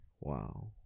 Wow